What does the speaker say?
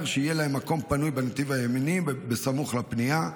שיהיה להם מקום פנוי בנתיב הימני בסמוך לפנייה,